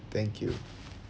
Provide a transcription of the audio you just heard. thank you